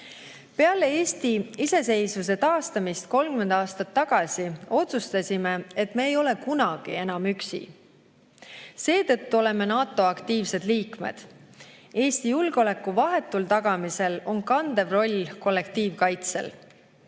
Peale Eesti iseseisvuse taastamist 30 aastat tagasi otsustasime, et me ei [jää] kunagi enam üksi. Seetõttu oleme NATO aktiivsed liikmed. Eesti julgeoleku vahetul tagamisel on kandev roll kollektiivkaitsel.